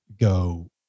go